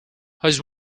his